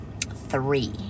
Three